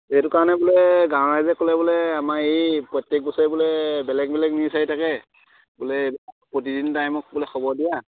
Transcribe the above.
এইটো কাৰণে বোলে গাঁও ৰাইজে ক'লে বোলে আমাৰ এই প্ৰত্যেক বছৰে বোলে বেলেগ বেলেগ নিউজ আহি থাকে বোলে প্ৰতিদিন টাইমক বোলে খবৰ দিয়া